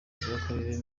bw’akarere